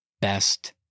Best